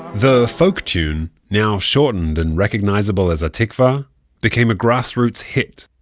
the folk tune now shortened and recognizable as ha'tikvah became a grassroots hit.